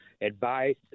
advice